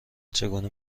چگونه